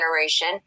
generation